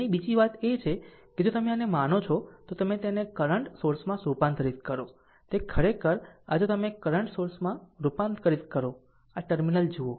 અને બીજી વાત એ છે કે જો તમે માનો છો તો તેને કરંટ સોર્સમાં રૂપાંતરિત કરો તે ખરેખર આ જો તમે કરંટ સ્ત્રોતમાં રૂપાંતરિત કરો આમ ટર્મિનલ જુઓ